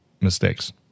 mistakes